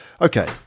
Okay